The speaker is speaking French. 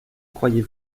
croyez